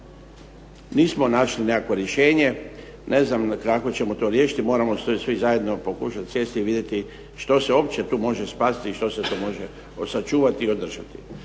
nismo našli nekakvo rješenje, ne znam kako ćemo to riješiti, moramo svi zajedno pokušati sjesti i vidjeti što se uopće tu može spasiti i što se tu može sačuvati i održati.